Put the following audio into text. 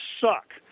suck